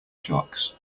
sharks